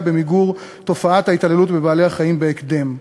במיגור תופעת ההתעללות בבעלי-חיים בהקדם.